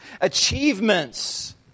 achievements